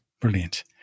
Brilliant